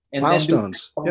milestones